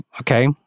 okay